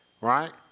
right